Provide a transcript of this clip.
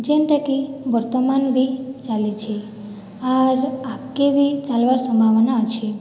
ଯେନ୍ଟାକି ବର୍ତ୍ତମାନ ବି ଚାଲିଛି ଆର୍ ଆଗକେ ବି ଚାଲିବାର୍ ସମ୍ଭାବନା ଅଛି